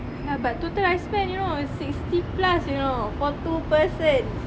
ya but total I spend you know is sixty plus you know for two person